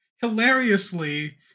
hilariously